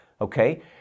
okay